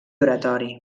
oratori